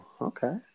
okay